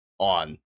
On